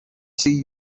see